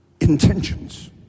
intentions